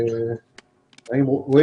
אנחנו מדברים